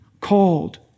called